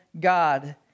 God